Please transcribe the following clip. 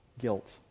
guilt